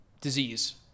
disease